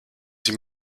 sie